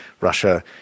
Russia